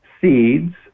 Seeds